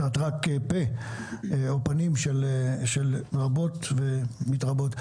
את רק פה או פנים של רבות ומתרבות.